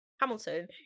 Hamilton